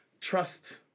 trust